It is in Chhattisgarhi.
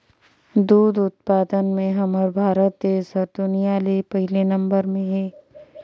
दूद उत्पादन में हमर भारत देस हर दुनिया ले पहिले नंबर में हे